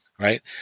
Right